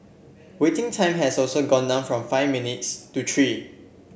waiting time has also gone down from five minutes to three